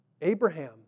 Abraham